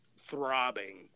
throbbing